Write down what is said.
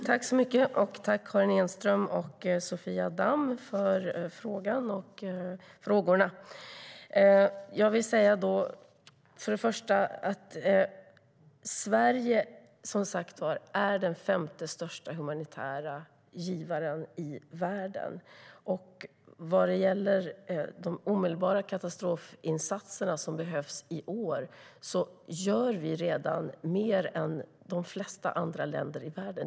Herr talman! Tack till Karin Enström och Sofia Damm för frågorna! Sverige är som sagt den femte största humanitära givaren i världen. Vad gäller de omedelbara katastrofinsatser som behövs i år gör vi redan mer än de flesta andra länder i världen.